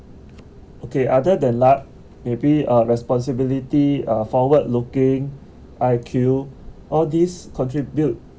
okay other than luck maybe uh responsibility uh forward looking I_Q all these contribute